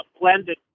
blended